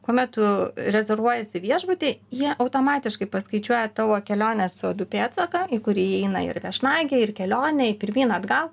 kuomet tu rezervuojiesi viešbutį jie automatiškai paskaičiuoja tavo kelionės ceodu pėdsaką į kurį įeina ir viešnagė ir kelionė pirmyn atgal